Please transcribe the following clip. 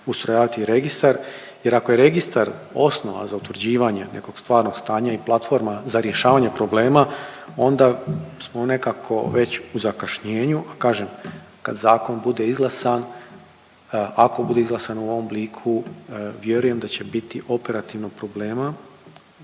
ustrojavati registar, jer ako je registar osnova za utvrđivanje nekog stvarnog stanja i platforma za rješavanje problema, onda smo u nekako već u zakašnjenju, kažem, kad zakon bude izglasan, ako bude izglasan u ovom obliku, vjerujem da će biti operativno problema